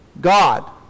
God